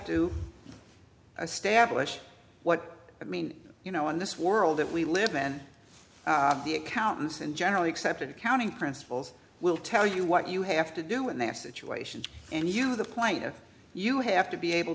to establish what i mean you know in this world that we live in the accountants and generally accepted accounting principles will tell you what you have to do in that situation and you the plight of you have to be able